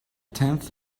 tenth